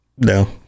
no